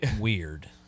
Weird